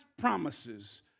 promises